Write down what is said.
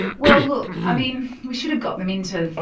well, look, i mean, we should've got them in to,